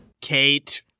Kate